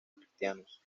cristianos